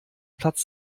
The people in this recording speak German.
platz